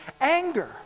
anger